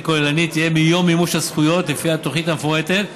מיום מימוש הזכויות לפי התוכנית המפורטת,